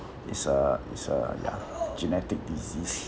it's a it's a ya genetic disease